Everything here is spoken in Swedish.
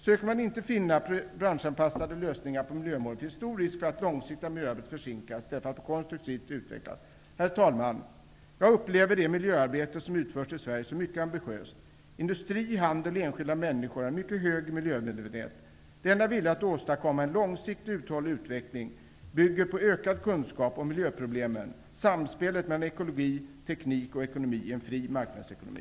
Söker man inte finna branschanpassade lösningar på miljömålen finns stor risk att det långsiktiga miljöarbetet försinkas i stället för att på konstruktivt sätt utvecklas. Herr talman! Jag upplever det miljöarbete som utförs i Sverige som mycket ambitiöst. Industri, handel och enskilda människor har en mycket hög miljömedvetenhet. Denna vilja att åstadkomma en långsiktigt uthållig utveckling bygger på ökad kunskap om miljöproblem och samspelet mellan ekologi, teknik och ekonomi i en fri marknadsekonomi.